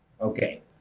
okay